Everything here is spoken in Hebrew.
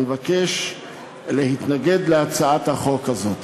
אני מבקש להתנגד להצעת החוק הזאת.